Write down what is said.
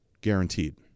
guaranteed